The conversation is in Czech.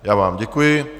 Já vám děkuji.